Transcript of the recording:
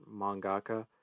mangaka